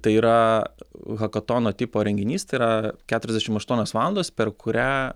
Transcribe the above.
tai yra hakatono tipo renginys tai yra keturiasdešim aštuonios valandos per kurią